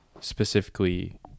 specifically